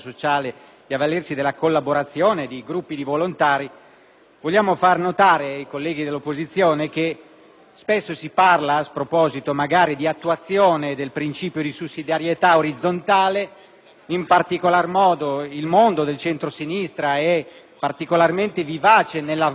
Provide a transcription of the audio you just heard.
vogliamo far notare ai colleghi dell'opposizione che spesso si parla, magari a sproposito, di attuazione del principio di sussidiarietà orizzontale; in particolare, il mondo del centrosinistra è molto vivace rispetto all'attuazione dell'articolo 118, quarto comma,